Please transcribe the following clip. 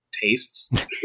tastes